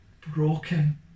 broken